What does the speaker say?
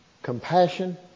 Compassion